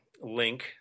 link